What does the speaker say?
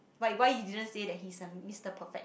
but why you didn't say that he's the Mister perfect